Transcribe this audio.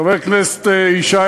חבר הכנסת ישי,